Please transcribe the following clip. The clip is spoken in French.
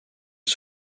une